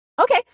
Okay